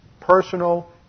personal